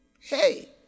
Hey